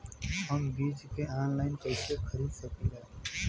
हम बीज के आनलाइन कइसे खरीद सकीला?